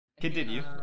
Continue